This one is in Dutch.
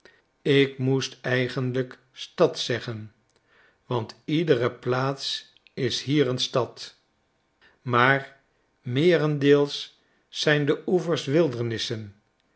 ik moest eigenlijk stad zeggen want iedere plaats is hier een stad maar meerendeels zijn de oevers